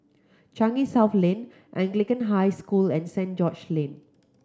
Changi South Lane Anglican High School and Saint George Lane